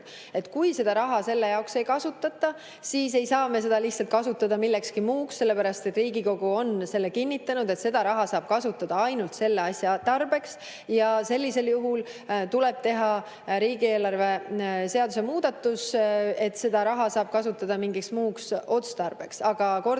Kui seda raha selle jaoks ei kasutata, siis ei saa me seda lihtsalt kasutada ka millekski muuks, sellepärast et Riigikogu on kinnitanud, et seda raha saab kasutada ainult selle asja tarbeks. Sellisel juhul tuleb teha riigieelarve seaduse muudatus, et seda raha saaks kasutada mingiks muuks otstarbeks. Aga kordan